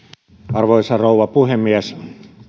arvoisa rouva puhemies